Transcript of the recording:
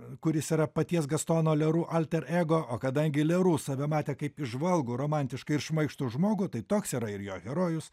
kuris yra paties gastono leru alter ego o kadangi leru save matė kaip įžvalgų romantišką ir šmaikštų žmogų tai toks yra ir jo herojus